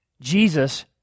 Jesus